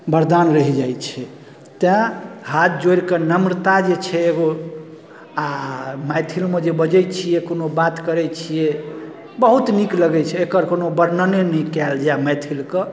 वरदान रहि जाइ छै तेँ हाथ जोड़िकऽ नम्रता जे छै एगो आओर मैथिलीमे जे बजै छिए कोनो बात करै छिए बहुत नीक लगै छै एकर कोनो वर्णनने नहि कएल जाए मैथिलीके